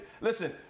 listen